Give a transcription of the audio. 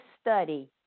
study